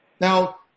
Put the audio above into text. Now